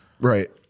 Right